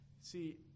See